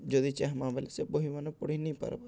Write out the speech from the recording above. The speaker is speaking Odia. ଯଦି ଚାହିଁମା ବେଲେ ସେ ବହିମାନେ ପଢ଼ିିନି ପାର୍ବାର୍